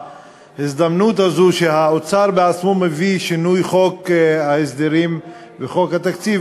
בהזדמנות הזאת שהאוצר בעצמו מביא שינוי של חוק ההסדרים וחוק התקציב,